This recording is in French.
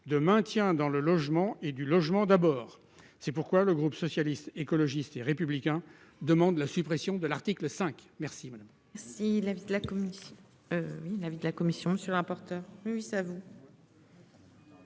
de maintien dans le logement et du logement d'abord. C'est pourquoi le groupe socialiste, écologiste et républicain demande la suppression de l'article 5. Merci.